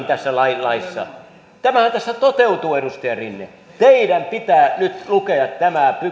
tässä laissa tapahtuukin tämähän tässä toteutuu edustaja rinne teidän pitää nyt lukea